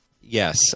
Yes